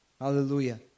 Hallelujah